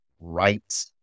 Right